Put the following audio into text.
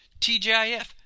TJIF